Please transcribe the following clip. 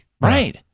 right